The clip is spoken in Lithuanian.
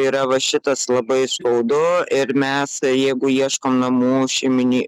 yra va šitas labai skaudu ir mes jeigu ieškom namų šeimini